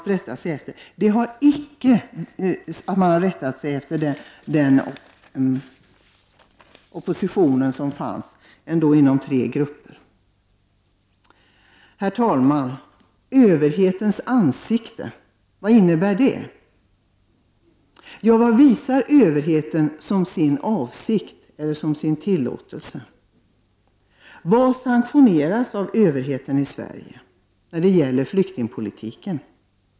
Här har man icke rättat sig efter den opposition som ändå fanns inom tre partier. Herr talman! Vad innebär överhetens ansikte? Vad visar överheten som sin avsikt och vad tillåter den? Vad sanktioneras av överheten i Sverige när det gäller flyktingpolitiken?